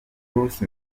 bruce